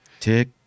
tick